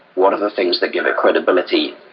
what are the things that give it credibility?